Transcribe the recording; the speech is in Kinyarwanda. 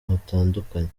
hatandukanye